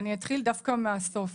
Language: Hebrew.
אני אתחיל דווקא מהסוף: